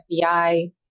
FBI